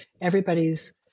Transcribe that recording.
everybody's